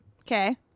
Okay